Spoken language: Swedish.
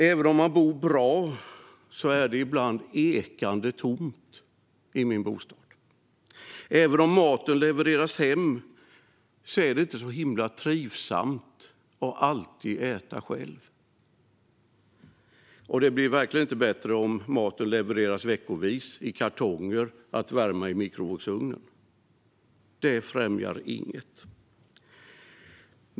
Även om man bor bra är det ibland ekande tomt i bostaden. Även om maten levereras hem är det inte så himla trivsamt att alltid äta själv - och det blir verkligen inte bättre om maten levereras veckovis i kartonger som ska värmas i mikrovågsugnen. Det främjar inget.